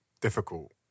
difficult